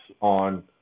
on